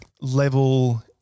level